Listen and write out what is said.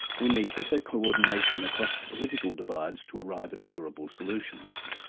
we need better coordination across the political divides to arrive at durable solutions.